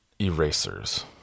erasers